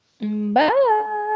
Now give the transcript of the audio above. Bye